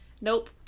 Nope